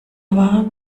war